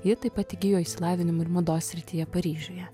ji taip pat įgijo išsilavinimą ir mados srityje paryžiuje